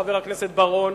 חבר הכנסת בר-און,